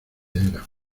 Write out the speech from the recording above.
era